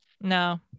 No